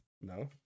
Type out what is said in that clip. No